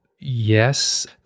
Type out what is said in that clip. yes